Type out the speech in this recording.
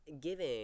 Giving